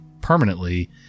permanently